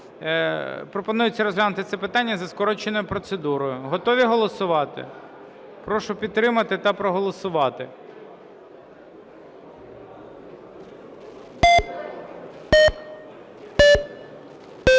Пропонується розглянути це питання за скороченою процедурою. Готові голосувати? Прошу підтримати та проголосувати.